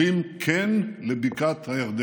לפני 30 שנה: "אומרים 'כן' לבקעת הירדן".